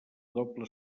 doble